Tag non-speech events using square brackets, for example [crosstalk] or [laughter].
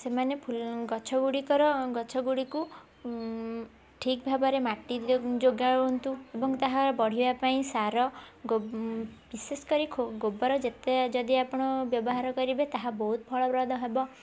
ସେମାନେ [unintelligible] ଗଛ ଗୁଡ଼ିକର ଗଛ ଗୁଡ଼ିକୁ ଠିକ୍ ଭାବରେ ମାଟି ଯୋଗାନ୍ତୁ ଏବଂ ତାହା ବଢ଼ିବା ପାଇଁ ସାର ବିଶେଷ କରି ଗୋବର ଯେତେ ଯଦି ଆପଣ ବ୍ୟବହାର କରିବେ ତାହା ବହୁତ ଫଳପ୍ରଦ ହେବ